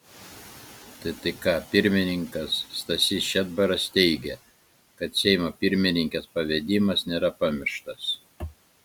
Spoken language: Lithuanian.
ttk pirmininkas stasys šedbaras teigė kad seimo pirmininkės pavedimas nėra pamirštas